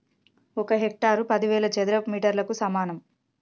ఒక హెక్టారు పదివేల చదరపు మీటర్లకు సమానం